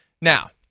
Now